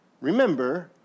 Remember